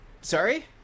sorry